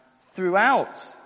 throughout